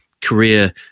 career